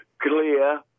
clear